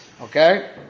Okay